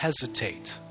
hesitate